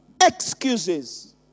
excuses